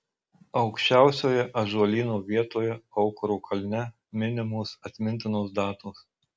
aukščiausioje ąžuolyno vietoje aukuro kalne minimos atmintinos datos